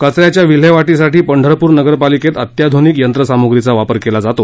कच याच्या विल्हेवाटीसाठी पंढरपूर नगरपालिकेत अत्याधुनिक यंत्रयामुश्रीचा वापर केला जातो